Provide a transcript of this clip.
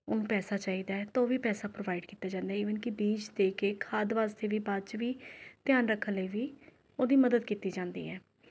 ਉਹਨੂੰ ਪੈਸਾ ਚਾਹੀਦਾ ਤਾਂ ਉਹ ਵੀ ਪੈਸਾ ਪ੍ਰੋਵਾਇਡ ਕੀਤਾ ਜਾਂਦਾ ਈਵਨ ਕਿ ਬੀਜ ਦੇ ਕੇ ਖਾਦ ਵਾਸਤੇ ਵੀ ਬਾਅਦ 'ਚ ਵੀ ਧਿਆਨ ਰੱਖਣ ਲਈ ਵੀ ਉਹਦੀ ਮਦਦ ਕੀਤੀ ਜਾਂਦੀ ਹੈ